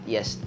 Yes